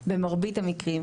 במרבית המקרים,